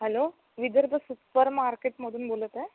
hello Vidarbha super मार्केटमधून बोलत आहे